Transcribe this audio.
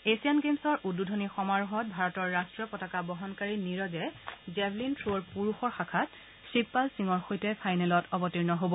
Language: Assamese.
এছিয়ান গেমছৰ উদ্বোধনী সমাৰোহত ভাৰতৰ ৰাট্টীয় পতাকা বহনকাৰী নিৰজে জেবলিন গ্ৰ'ৰ পুৰুষৰ শাখাত শিৱপাল সিঙৰ সৈতে ফাইনেলত অৱতীৰ্ণ হব